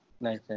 nice